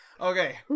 okay